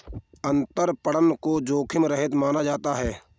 अंतरपणन को जोखिम रहित माना जाता है